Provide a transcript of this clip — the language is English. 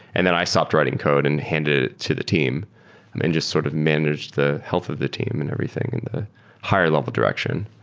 and then i stopped writing code and handed it to the team and just sort of managed the health of the team and everything in the higher level direction.